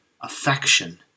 affection